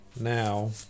now